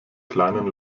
kleinen